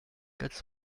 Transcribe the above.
quatre